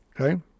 Okay